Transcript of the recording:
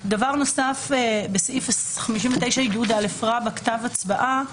בסעיף 59, כתב הצבעה,